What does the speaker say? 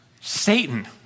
Satan